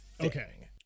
Okay